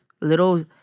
little